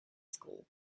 school